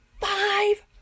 five